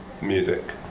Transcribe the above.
Music